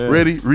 Ready